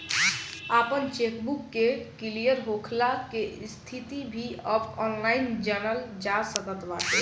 आपन चेकबुक के क्लियर होखला के स्थिति भी अब ऑनलाइन जनल जा सकत बाटे